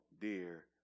dear